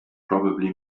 probably